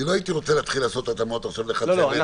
לא הייתי רוצה להתחיל לעשות התאמות עכשיו לחצבת ולאדמת.